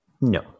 No